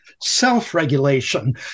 self-regulation